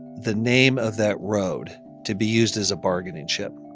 the name of that road to be used as a bargaining chip.